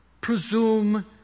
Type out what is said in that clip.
presume